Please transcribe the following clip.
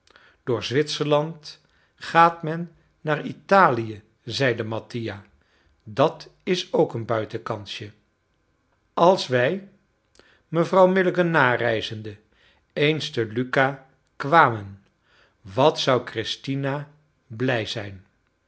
door zwitserland gaat men naar italië zeide mattia dat is ook een buitenkansje als wij mevrouw milligan nareizende eens te lucca kwamen wat zou christina blij zijn